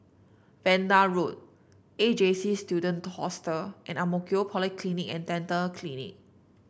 Vanda Road A J C Student Hostel and Ang Mo Kio Polyclinic And Dental Clinic